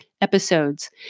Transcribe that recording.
episodes